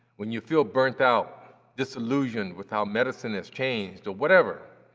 when you feel burnt out, disillusioned without medicine has changed, or whatever,